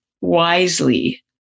wisely